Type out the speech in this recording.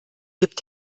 gibt